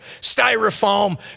styrofoam